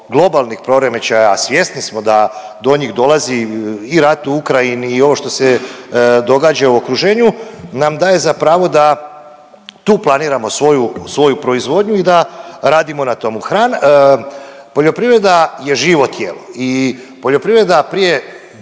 globalnih poremećaja, a svjesni smo da do njih dolazi i rat u Ukrajini, i ovo što se događa u okruženju nam daje za pravo da tu planiramo svoju proizvodnju i da radimo na tomu. Poljoprivreda je živo tijelo i poljoprivreda prije